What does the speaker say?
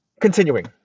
Continuing